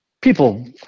People